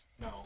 No